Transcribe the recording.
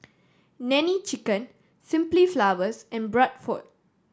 Nene Chicken Simply Flowers and Bradford